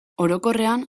orokorrean